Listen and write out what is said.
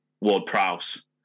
Ward-Prowse